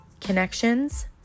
connections